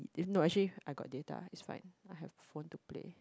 if not actually I got data is fine I have phone to play